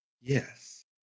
yes